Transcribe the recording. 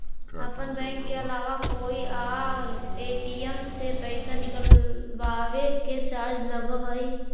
अपन बैंक के अलावा कोई और ए.टी.एम से पइसा निकलवावे के चार्ज लगऽ हइ